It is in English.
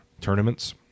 tournaments